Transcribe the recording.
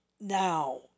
Now